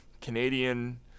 Canadian